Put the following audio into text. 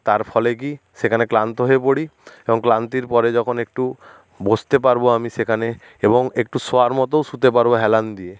তার ফলে কি সেখানে ক্লান্ত হয়ে পড়ি এবং ক্লান্তির পরে যখন একটু বসতে পারবো আমি সেখানে এবং একটু শোয়ার মতোও শুতে পারবো হেলান দিয়ে